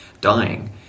dying